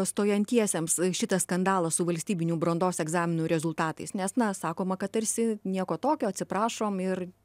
stojantiesiems šitas skandalas su valstybinių brandos egzaminų rezultatais nes na sakoma kad tarsi nieko tokio atsiprašom ir